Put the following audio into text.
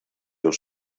els